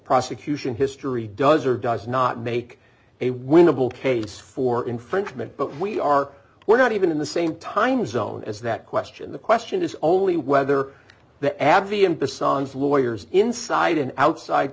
prosecution history does or does not make a winnable case for infringement but we are we're not even in the same time zone as that question the question is only whether the advie and dishonors lawyers inside and outside